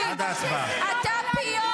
אתה בולם